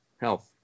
health